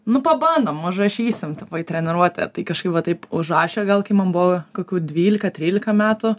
nu pabandom užrašysim tave į treniruotę tai kažkaip va taip užrašė gal kai man buvo kokių dvylika trylika metų